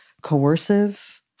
coercive